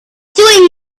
doing